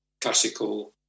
classical